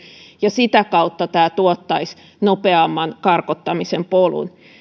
ja sitä kautta tämä tuottaisi nopeamman karkottamisen polun